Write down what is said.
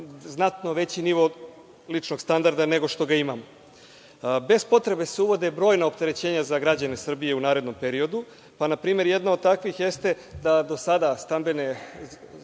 znatno veći nivo ličnog standarda nego što ga imamo. Bez potrebe se uvode brojna opterećenja za građane Srbije u narednom periodu. Na primer, jedno od takvih jeste da do sada stambene